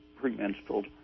premenstrual